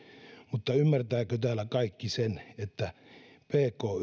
mutta ymmärtävätkö täällä kaikki sen että pk